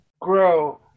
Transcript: grow